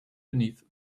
beneath